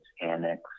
Annex